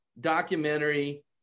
documentary